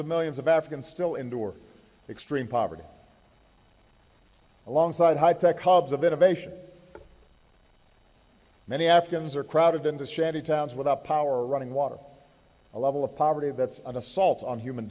of millions of africans still endure extreme poverty alongside high tech hubs of innovation many africans are crowded into shantytowns without power or running water a level of poverty that's an assault on human